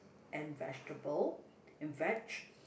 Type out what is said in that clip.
and vegetable and vege